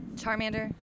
Charmander